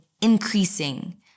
increasing